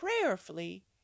prayerfully